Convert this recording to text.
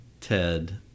TED